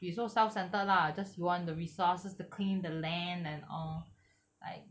be so self-centred lah just you want the resources to clean the land and all like